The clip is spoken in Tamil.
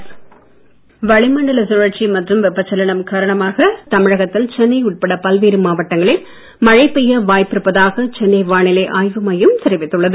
மழை வளி மண்டல சுழற்சி மற்றும் வெப்பச் சலனம் காரணமாக தமிழகத்தில் சென்னை உட்பட பல்வேறு மாவட்டங்களில் மழை பெய்ய வாய்ப்பு இருப்பதாக சென்னை வானிலை ஆய்வு மையம் தெரிவித்துள்ளது